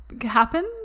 happen